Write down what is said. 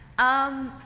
um,